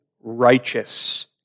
righteous